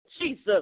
Jesus